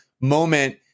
moment